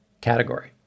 category